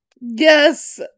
Yes